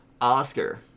Oscar